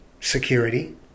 security